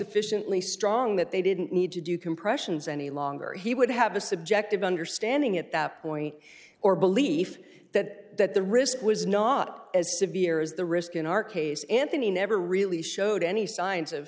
sufficiently strong that they didn't need to do compressions any longer he would have a subjective understanding at that point or belief that the risk was not as severe as the risk in our case anthony never really showed any signs of